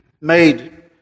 made